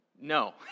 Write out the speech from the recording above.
No